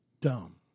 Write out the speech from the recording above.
dumb